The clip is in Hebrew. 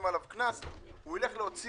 אם התקציב עובר או לא עובר, ומתי הוא עובר.